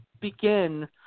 begin